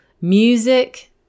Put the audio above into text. music